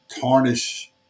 tarnish